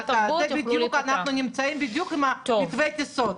אנחנו נמצאים בדיוק כמו מתווה הטיסות,